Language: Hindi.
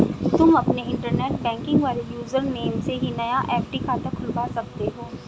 तुम अपने इंटरनेट बैंकिंग वाले यूज़र नेम से ही नया एफ.डी खाता खुलवा सकते हो